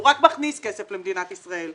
הוא רק מכניס כסף למדינת ישראל.